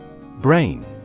Brain